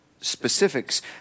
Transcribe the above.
specifics